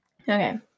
Okay